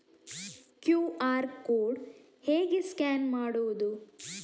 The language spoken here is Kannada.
ಕ್ಯೂ.ಆರ್ ಕೋಡ್ ಹೇಗೆ ಸ್ಕ್ಯಾನ್ ಮಾಡುವುದು?